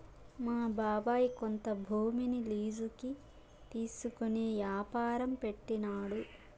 మా బాబాయ్ కొంత భూమిని లీజుకి తీసుకునే యాపారం పెట్టినాడు